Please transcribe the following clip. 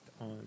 on